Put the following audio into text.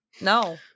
No